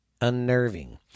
unnerving